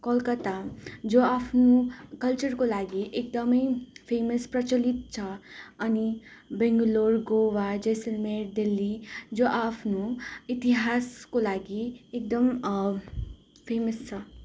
कोलकत्ता जो आफ्नो कल्चरको लागि एकदम फेमस प्रचलित छ अनि बेङ्गलोर गोवा जैसलमेर देल्ली जो आफ्नो इतिहासको लागि एकदम फेमस छ